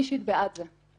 אני אישית בעד זה.